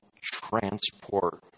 transport